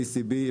ה-ECB,